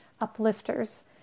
uplifters